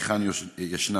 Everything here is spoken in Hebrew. איפה ישנם.